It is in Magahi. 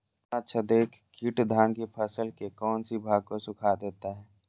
तनाछदेक किट धान की फसल के कौन सी भाग को सुखा देता है?